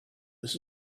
this